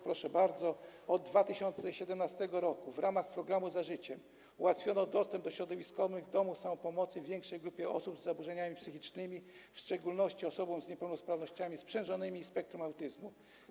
Proszę bardzo, od 2017 r. w ramach programu „Za życiem” ułatwiono dostęp do środowiskowych domów samopomocy większej grupie osób z zaburzeniami psychicznymi, w szczególności osobom z niepełnosprawnościami sprzężonymi i spektrum autyzmu.